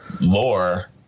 lore